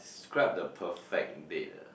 describe the perfect date ah